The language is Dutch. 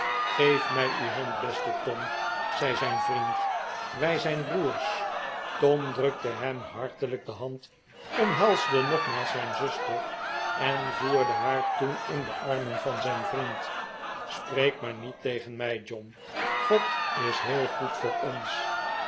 geef mij uw hand beste tom zei zijn vriend wij zijn broers tom drukte hem hartelijk de hand omhelsde nogmaals zijn zuster en voerde haar toen in de armen van zijn vriend spreek maar niet tegen mij john god is heel goed voor ons